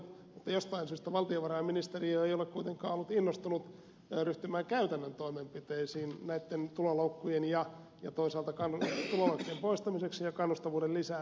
mutta jostain syystä valtiovarainministeriö ei ole kuitenkaan ollut innostunut ryhtymään käytännön toimenpiteisiin näitten tuloloukkujen poistamiseksi ja kannustavuuden lisäämiseksi